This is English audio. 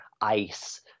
ICE